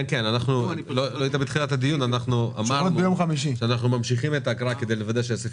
כפי שציינתם, יש חברות